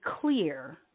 clear